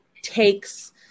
takes